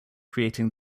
creating